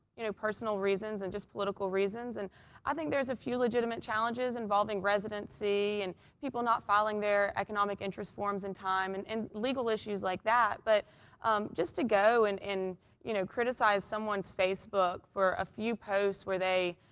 you know, personal reasons and just political reason and i think there's a few legitimate challenges involving residency and people not filing their economic interest forms in time. and and legal issues like that, but just to go and, you know, criticize someone's facebook for a few posts where they,